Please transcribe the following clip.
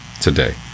today